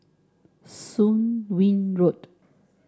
Soon Wing Road